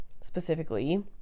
specifically